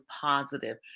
positive